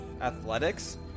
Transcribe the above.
Athletics